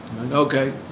Okay